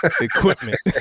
equipment